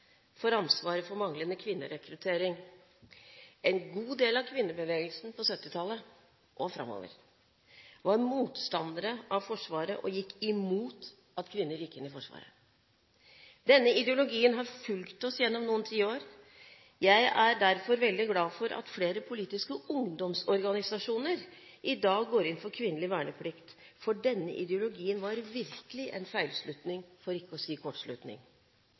ansvaret for manglende kvinnerekruttering. En god del av kvinnebevegelsen på 1970-tallet og framover var motstandere av Forsvaret og gikk imot at kvinner gikk inn i Forsvaret. Denne ideologien har fulgt oss gjennom noen tiår. Jeg er derfor veldig glad for at flere politiske ungdomsorganisasjoner i dag går inn for kvinnelig verneplikt. Denne ideologien var virkelig en feilslutning – for ikke å si kortslutning.